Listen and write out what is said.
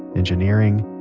engineering,